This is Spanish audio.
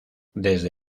desde